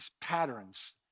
patterns